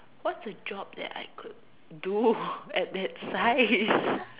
what's a job that I could do at that size